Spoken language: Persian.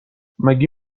مگه